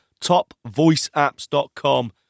topvoiceapps.com